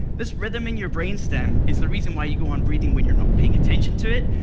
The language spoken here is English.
this rhythm in your brainstem is the reason why you go on breathing when you're not paying attention to it,